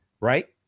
right